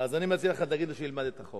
אז אני מציע לך, תגיד לו שילמד את החוק.